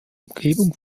umgebung